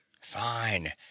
fine